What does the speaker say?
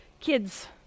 kids